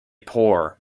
poor